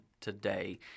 today